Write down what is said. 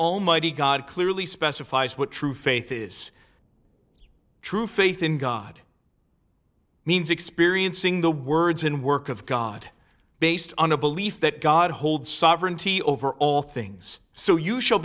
almighty god clearly specifies what true faith is true faith in god means experiencing the words and work of god based on a belief that god holds sovereignty over all things so you sh